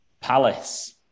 palace